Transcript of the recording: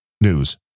news